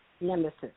nemesis